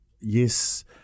yes